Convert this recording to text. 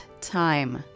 time